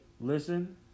Listen